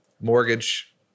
mortgage